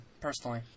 personally